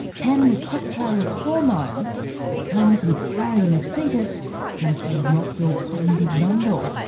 can the cocktail of hormones that comes with carrying a foetus make you drop your cognitive bundle?